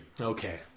Okay